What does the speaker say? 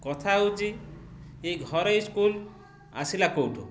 କଥା ହେଉଛି ଏଇ ଘରୋଇ ସ୍କୁଲ୍ ଆସିଲା କେଉଁଠୁ